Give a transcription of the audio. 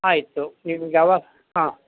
ಆಯಿತು ನಿಮ್ಗೆ ಯಾವಾಗ ಹಾಂ